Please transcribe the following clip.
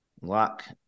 Lock